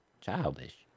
childish